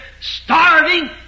starving